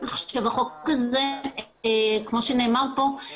החוק הזה, כמו שנאמר כאן,